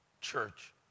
church